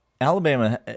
Alabama